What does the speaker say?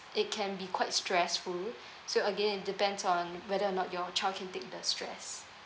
it can be quite stressful so again it depends on whether or not your child can take the stress